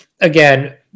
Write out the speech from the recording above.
again